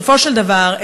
בסופו של דבר,